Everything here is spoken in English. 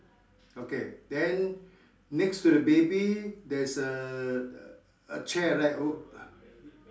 okay then next to the baby there's a a chair right oh